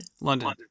London